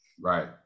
right